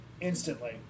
instantly